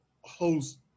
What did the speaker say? host